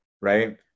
right